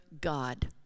God